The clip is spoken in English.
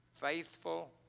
faithful